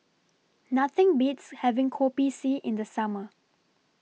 Nothing Beats having Kopi C in The Summer